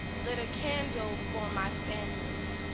lit a candle for my family.